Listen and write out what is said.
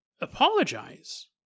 apologize